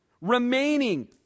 remaining